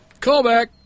Callback